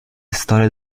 storia